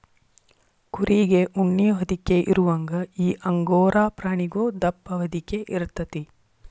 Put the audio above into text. ಕುರಿಗೆ ಉಣ್ಣಿ ಹೊದಿಕೆ ಇರುವಂಗ ಈ ಅಂಗೋರಾ ಪ್ರಾಣಿಗು ದಪ್ಪ ಹೊದಿಕೆ ಇರತತಿ